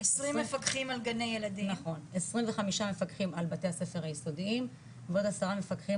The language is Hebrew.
25 מפקחים על בתי הספר היסודיים ועוד 10 מפקחים